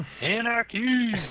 anarchy